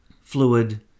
fluid